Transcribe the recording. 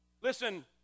Listen